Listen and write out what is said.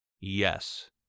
yes